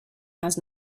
has